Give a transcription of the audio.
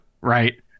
Right